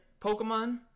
Pokemon